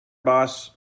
boss